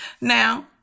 Now